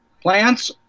Plants